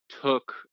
took